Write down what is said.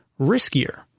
riskier